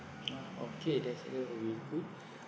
ah okay that amount will be good